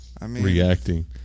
reacting